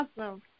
awesome